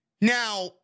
Now